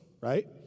right